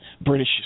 British